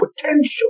potential